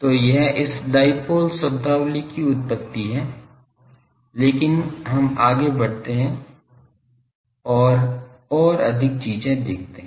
तो यह इस डायपोल शब्दावली की उत्पत्ति है लेकिन हम आगे बढ़ते हैं और ओर अधिक चीजें देखते हैं